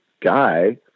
guy